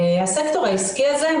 הסקטור העסקי הזה,